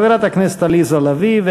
חברת הכנסת עליזה לביא,